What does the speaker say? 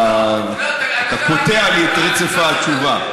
אתה קוטע לי את רצף התשובה.